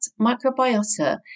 microbiota